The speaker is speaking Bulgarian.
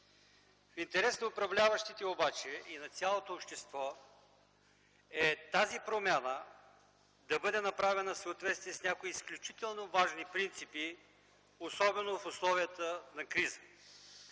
В интерес на управляващите обаче и на цялото общество е тази промяна да бъде направена в съответствие с някои изключително важни принципи, особено в условията на криза.